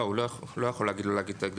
לא, הוא לא יכול להגיד לו להוריד את הגדרות.